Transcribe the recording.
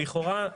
לכאורה,